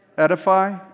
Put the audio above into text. Edify